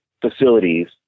facilities